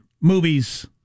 movies